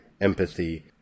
empathy